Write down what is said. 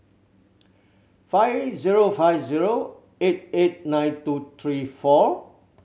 five zero five zero eight eight nine two three four